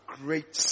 great